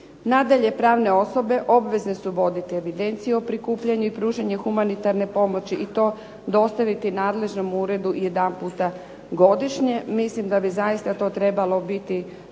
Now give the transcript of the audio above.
Nadalje, pravne osobe obvezne su voditi evidenciju o prikupljanje i pružanje humanitarne pomoći i to dostaviti nadležnom uredu jedanput godišnje. Mislim da bi to zaista trebalo biti